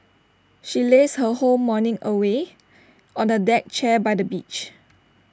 she lazed her whole morning away on A deck chair by the beach